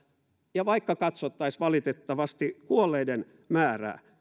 ja vaikka katsottaisiin valitettavasti kuolleiden määrää